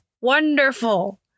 wonderful